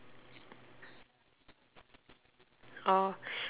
oh